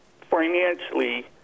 financially